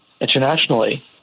internationally